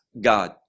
God